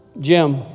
Jim